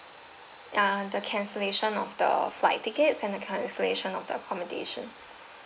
ah the cancellation of the flight tickets and the cancellation of the accommodation